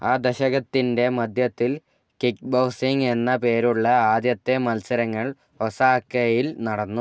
ആ ദശകത്തിൻ്റെ മധ്യത്തിൽ കിക്ക്ബോക്സിംഗ് എന്ന പേരുള്ള ആദ്യത്തെ മത്സരങ്ങള് ഒസാക്കയിൽ നടന്നു